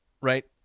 Right